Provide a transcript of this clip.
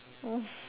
um